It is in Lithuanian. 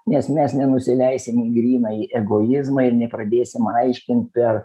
nes mes nenusileisim į grynąjį egoizmą ir nepradėsim aiškint per